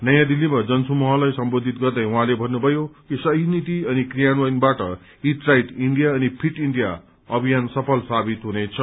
नयाँ दिल्लीमा जनसमूहलाई सम्बोधित गर्दै उहाँले भन्नुभयो कि सही नीति अनि क्रियान्वयनबाट ईट राइट इण्डिया अनि फिट इण्डिया अभियान सफल साबित हुनेछ